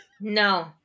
No